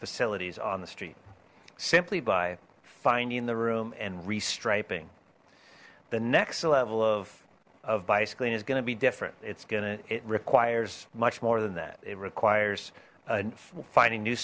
facilities on the street simply by finding the room and restriping the next level of of bicycling is going to be different it's gonna it requires much more than that it requires a finding new